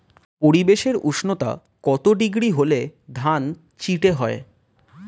পরিবেশের উষ্ণতা কত ডিগ্রি হলে ধান চিটে হয়?